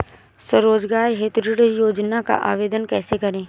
स्वरोजगार हेतु ऋण योजना का आवेदन कैसे करें?